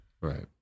Right